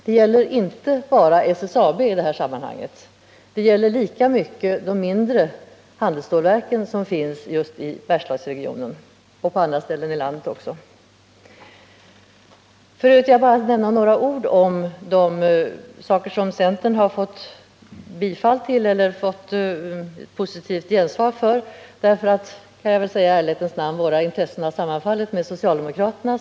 Det gäller inte bara SSAB i det här sammanhanget. Det gäller lika mycket de mindre handelsstålverken som finns just i Bergslagen men också på andra ställen i landet. F. ö. vill jag bara säga några ord om de punkter där centern har fått positivt gensvar, därför att — det kan jag säga i ärlighetens namn — våra intressen har sammanfallit med socialdemokraternas.